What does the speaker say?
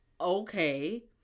okay